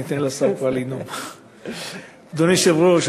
אדוני היושב-ראש,